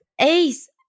Ace